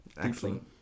excellent